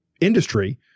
industry